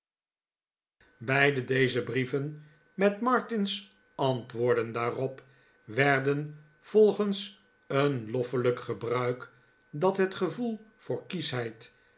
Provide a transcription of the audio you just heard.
beide deze brieven met martin's antwoorden daarop werden volgens een loffelijk gebruik dat het gevoel voor